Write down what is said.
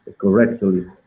correctly